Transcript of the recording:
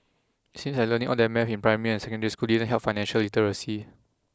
it seems like learning all that math in primary and secondary school didn't help financial literacy